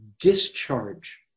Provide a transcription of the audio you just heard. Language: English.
discharge